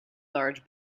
large